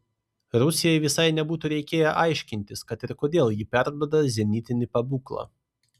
rusijai visai nebūtų reikėję aiškintis kad ir kodėl ji perduoda zenitinį pabūklą